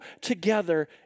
together